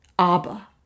Abba